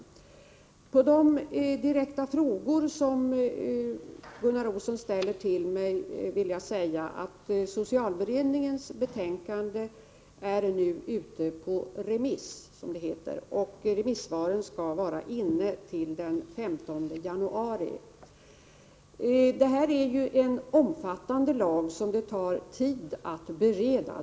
Med anledning av de direkta frågor som Gunnar Olsson ställde till mig vill jag säga att socialberedningens betänkande nu är ute på remiss, som det heter. Remissvaren skall vara klara till den 15 januari. Detta är en omfattande lagstiftning, som det tar tid att bereda.